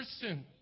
person